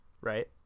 right